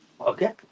Okay